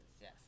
yes